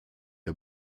der